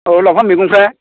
औ लाफा मैगंफ्रा